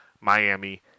Miami